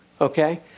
okay